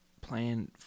playing